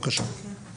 כן.